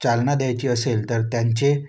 चालना द्यायची असेल तर त्यांचे